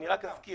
אני רק אזכיר